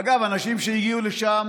אגב, אנשים שהגיעו לשם